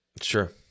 Sure